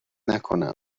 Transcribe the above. نکنم، تو